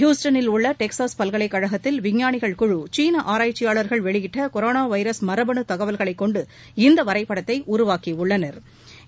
அஸ்டனில் உள்ள டெக்ஸஸ் பல்கலைக்கழகத்தில் விஞ்ஞானிகள் குழு சீன ஆராய்ச்சியாளர்கள் வெளியிட்ட கொரோனா வைரஸ் மரபனு தகவல்களை கொன்டு இந்த வரைபடத்தை உருவாக்கியுள்ளனா்